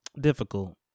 difficult